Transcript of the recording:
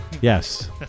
Yes